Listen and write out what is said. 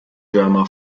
drama